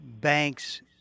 banks